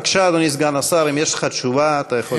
אדוני סגן השר, בבקשה.